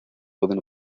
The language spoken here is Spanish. pueden